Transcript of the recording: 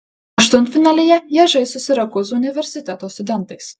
aštuntfinalyje jie žais su sirakūzų universiteto studentais